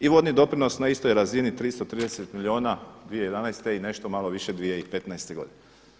I vodni doprinos na istoj je razini 330 milijuna 2011. i nešto malo više 2015. godine.